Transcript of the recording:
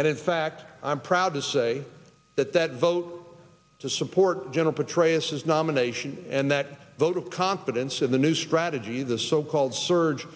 and in fact i'm proud to say that that vote to support general petraeus his nomination and that vote of confidence of the new strategy the so called surge